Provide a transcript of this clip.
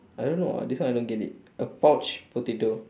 I don't know ah this one I don't get it a pouch potato